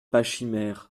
pachymère